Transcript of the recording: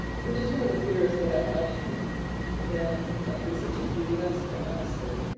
which is one of the fears that i have in a country such as the us quite honestly.